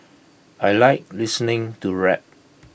I Like listening to rap